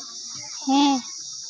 ᱦᱮᱸ